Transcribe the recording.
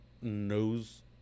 knows